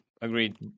Agreed